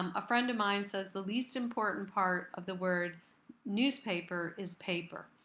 um a friend of mine says the least important part of the word newspaper is paper.